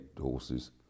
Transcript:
horses